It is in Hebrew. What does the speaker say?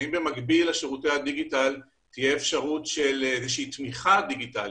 האם במקביל לשירותי הדיגיטל תהיה אפשרות לאיזושהי תמיכה דיגיטלית?